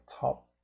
top